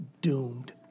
doomed